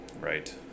right